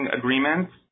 agreements